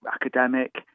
academic